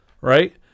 right